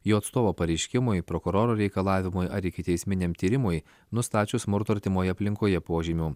jo atstovo pareiškimui prokuroro reikalavimui ar ikiteisminiam tyrimui nustačius smurto artimoje aplinkoje požymių